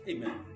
Amen